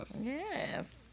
Yes